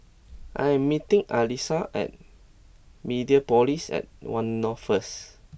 I am meeting Alisa at Mediapolis at One North first